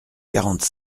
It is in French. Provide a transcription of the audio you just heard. quarante